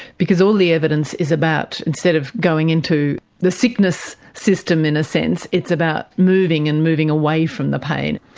because all the evidence is about instead of going into the sickness system, in a sense, it's about moving and moving away from the pain.